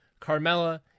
Carmella